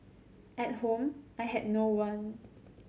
at home I had no one